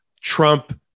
Trump